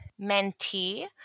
mentee